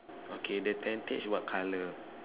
okay the tentage what colour